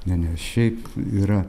ne ne šiaip yra